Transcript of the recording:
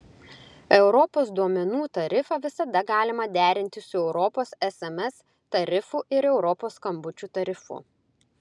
europos duomenų tarifą visada galima derinti su europos sms tarifu ir europos skambučių tarifu